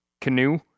canoe